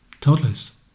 toddlers